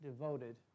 devoted